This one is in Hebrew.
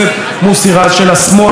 של השמאל בישראל.